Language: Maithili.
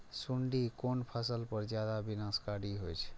सुंडी कोन फसल पर ज्यादा विनाशकारी होई छै?